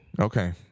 okay